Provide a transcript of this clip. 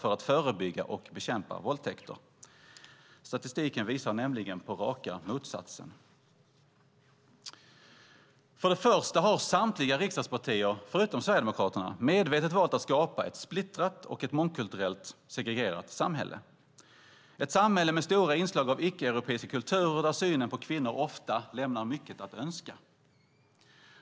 för att förebygga och bekämpa våldtäkter". Statistiken visar nämligen på raka motsatsen. För det första har samtliga riksdagspartier förutom Sverigedemokraterna medvetet valt att skapa ett splittrat, mångkulturellt och segregerat samhälle - ett samhälle med stora inslag av icke-europeiska kulturer där synen på kvinnor ofta lämnar mycket att önska.